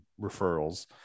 referrals